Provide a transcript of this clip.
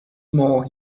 more